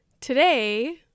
today